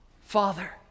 Father